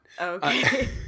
Okay